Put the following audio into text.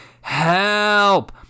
help